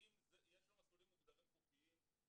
יש מסלולים מוגדרים חוקיים,